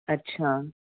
ਅੱਛਾ